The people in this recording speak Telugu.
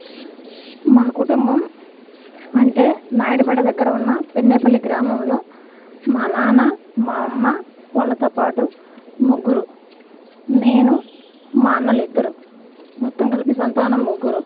మా కుటుంబం అంటే నాయుడుపేట దగ్గర ఉన్న పెన్నేపల్లి గ్రామంలో మా నాన్న మా అమ్మ వాళ్ళతో పాటు ముగ్గురు నేను మా అన్నలు ఇద్దరు మొత్తం కలిపి సంతానం ముగ్గురు